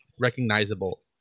recognizable